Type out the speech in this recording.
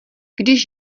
když